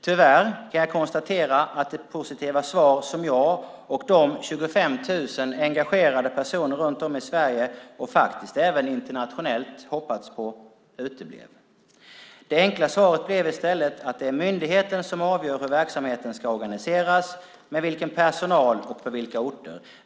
Tyvärr kan jag konstatera att det positiva svar som jag och de 25 000 engagerade personer runt om i Sverige och faktiskt även internationellt hoppats på uteblev. Det enkla svaret blev i stället att det är myndigheten som avgör hur verksamheten ska organiseras, med vilken personal och på vilka orter.